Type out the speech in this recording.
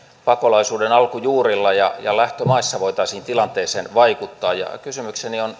pakolaisuuden alkujuurilla ja lähtömaissa voitaisiin tilanteeseen vaikuttaa ja kysymykseni on